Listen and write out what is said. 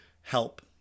help